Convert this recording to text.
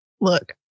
look